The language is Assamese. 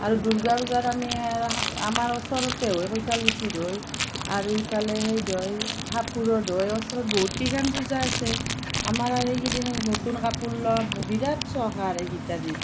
আৰু দুৰ্গা পূজাত আমি আমাৰ ওচৰতে হয় কৈঠালগুচিত হয় আৰু ইফালে সেই দৈ হাফুৰৰ দৈৰ ওচৰত বহুতকেইখন পূজা আছে আমাৰ আৰু এইকেইদিন নতুন কাপোৰ লওঁ বিৰাট চখ আৰু এইকেইটা দিন